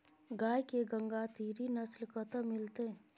गाय के गंगातीरी नस्ल कतय मिलतै?